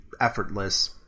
effortless